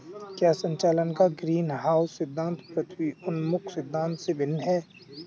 क्या संचालन का ग्रीनहाउस सिद्धांत पृथ्वी उन्मुख सिद्धांत से भिन्न है?